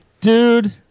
Dude